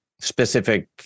specific